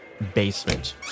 basement